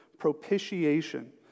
Propitiation